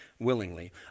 willingly